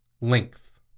length